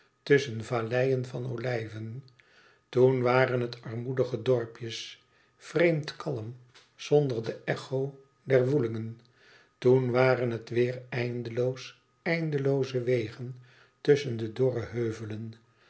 tusschen valleien van olijven toen waren het armoedige dorpjes vreemd kalm zonder de echo der woelingen toen waren het weêr eindeloos eindelooze wegen tusschen dorre heuvelen